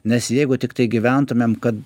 nes jeigu tiktai gyventumėm kad